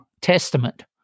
Testament